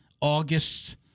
August